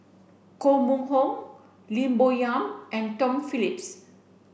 Koh Mun Hong Lim Bo Yam and Tom Phillips